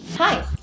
Hi